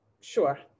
sure